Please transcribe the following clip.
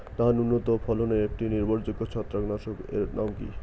ধান উন্নত ফলনে একটি নির্ভরযোগ্য ছত্রাকনাশক এর নাম কি?